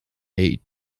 ate